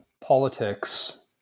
politics